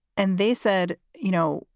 and they said, you know,